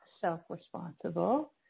self-responsible